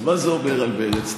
אז מה זה אומר על מרצ,